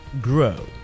grow